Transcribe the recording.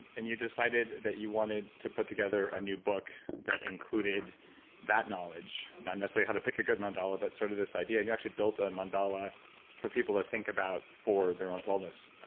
and you decided that you wanted to put together a new book that included that knowledge. not necessarily how to pick a good mandala but sort of this idea, and you actually built a mandala for people to think about for their own wellness.